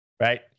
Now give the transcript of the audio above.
Right